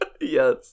Yes